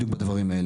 בדיוק בדברים האלה.